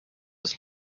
ist